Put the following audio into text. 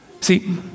see